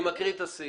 אני מקריא את הסעיף: